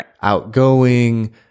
outgoing